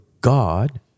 god